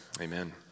amen